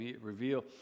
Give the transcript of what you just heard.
reveal